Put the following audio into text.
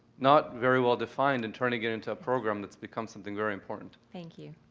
not very well-defined and turning it into a program that's become something very important. thank you.